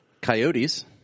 Coyotes